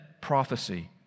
prophecy